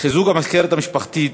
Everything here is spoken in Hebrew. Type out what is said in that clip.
חיזוק המסגרת המשפחתית,